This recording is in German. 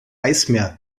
eismeer